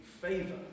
favor